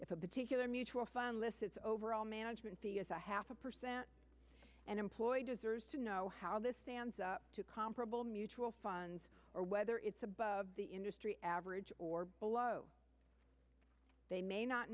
if a particular mutual fund this is overall management fee is a half a percent and employee deserves to know how this stands up to comparable mutual funds or whether it's above the industry average or below they may not